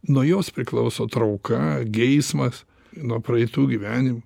nuo jos priklauso trauka geismas nuo praeitų gyvenimų